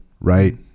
right